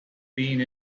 being